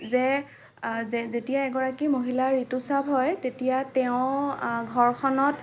যে যেতিয়া এগৰাকী মহিলাৰ ঋতুস্ৰাৱ হয় তেতিয়া তেওঁ ঘৰখনত